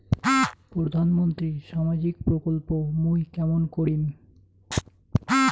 প্রধান মন্ত্রীর সামাজিক প্রকল্প মুই কেমন করিম?